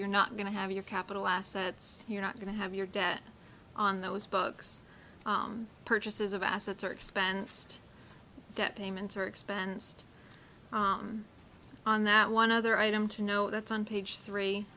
you're not going to have your capital assets you're not going to have your debt on those books purchases of assets are expensed debt payments are expensed on that one other item to no that's on page three